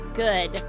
good